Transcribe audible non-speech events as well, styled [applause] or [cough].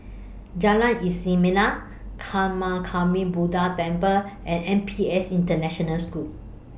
Jalan [unintelligible] Buddha Temple and N P S International School